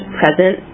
present